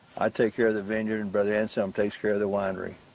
i take care of the vineyard, and brother and so um takes care of the winery.